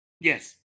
Yes